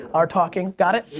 our talking, got it?